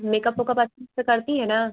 makeup ओकप अच्छे से करती हैं न